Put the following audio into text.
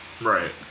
Right